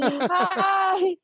Hi